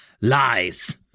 lies